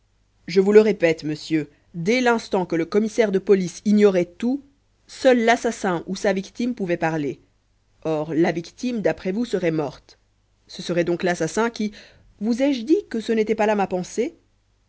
je vous le répète monsieur dès l'instant que le commissaire de police ignorait tout seuls l'assassin ou sa victime pouvaient parler or la victime d'après vous serait morte ce serait donc l'assassin qui vous ai-je dit que ce n'était pas là ma pensée